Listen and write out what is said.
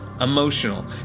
emotional